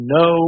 no